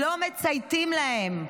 לא מצייתים להם.